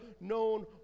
known